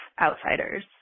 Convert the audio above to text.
outsiders